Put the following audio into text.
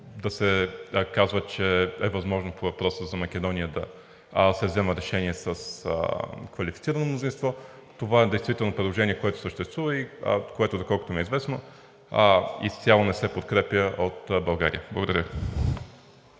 да се казва, че е възможно по въпроса за Македония да се взема решение с квалифицирано мнозинство. Това действително е предложение, което съществува, и доколкото ми е известно, изцяло не се подкрепя от България. Благодаря.